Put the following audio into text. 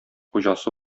хуҗасы